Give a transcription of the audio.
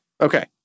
Okay